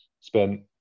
spent